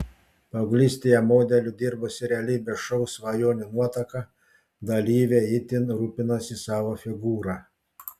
paauglystėje modeliu dirbusi realybės šou svajonių nuotaka dalyvė itin rūpinosi savo figūra